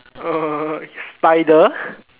uh spider